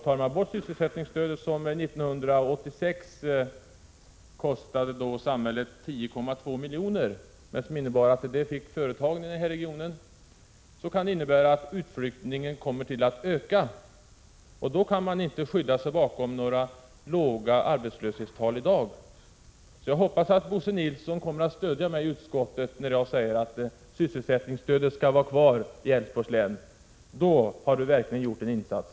Tar man bort sysselsättningsstödet, som 1986 kostade samhället 10,2 milj.kr. vilket företagen i regionen fick, kan det innebära att utflyttningen kommer att öka. Då kan man inte skydda sig bakom talet om låga arbetslöshetstal i dag. Jag hoppas att Bo Nilsson kommer att stödja mig i utskottet, när jag föreslår att sysselsättningsstödet skall vara kvar i Älvsborgs län. Då har Bo Nilsson verkligen gjort en insats.